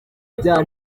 ibyaha